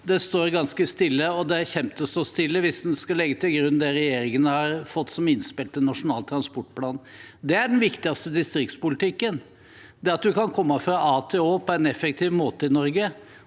Det står ganske stille, og det kommer til å stå stille hvis en skal legge til grunn det regjeringen har fått som innspill til Nasjonal transportplan. Det er den viktigste distriktspolitikken, at en kan komme fra a til å på en effektiv måte i Norge,